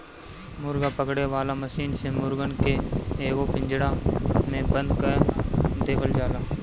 मुर्गा पकड़े वाला मशीन से मुर्गन के एगो पिंजड़ा में बंद कअ देवल जाला